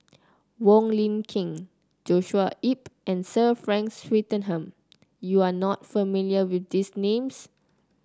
Wong Lin Ken Joshua Ip and Sir Frank Swettenham you are not familiar with these names